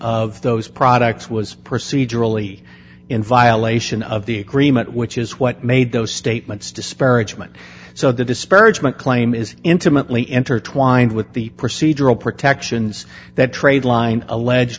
of those products was procedurally in violation of the agreement which is what made those statements disparagement so the disparagement claim is intimately intertwined with the procedural protections that trade line alleged